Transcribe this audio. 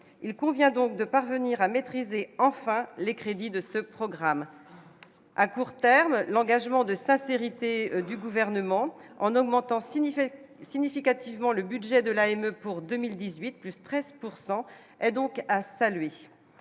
il convient donc de parvenir à maîtriser enfin les crédits de ce programme à court terme, l'engagement de sincérité du gouvernement en augmentant signifiait significativement le budget de la AME pour 2018 plus 13 pourcent donc à saluer